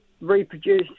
reproduce